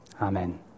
Amen